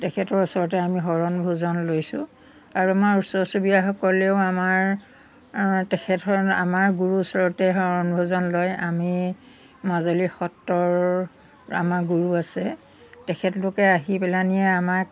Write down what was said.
তেখেতৰ ওচৰতে আমি শৰণ ভজন লৈছোঁ আৰু আমাৰ ওচৰ চুবুৰীয়াসকলেও আমাৰ তেখেত হ'ল আমাৰ গুৰু ওচৰতে শৰণ ভজন লয় আমি মাজুলী সত্ৰৰ আমাৰ গুৰু আছে তেখেতলোকে আহি পেলানিয়ে আমাক